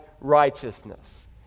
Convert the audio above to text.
righteousness